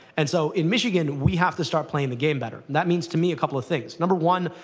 and so, in michigan, we have to start playing the game better. that means, to me, a couple of things. number one,